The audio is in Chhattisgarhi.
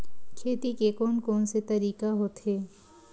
खेती के कोन कोन से तरीका होथे?